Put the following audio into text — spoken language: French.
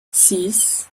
six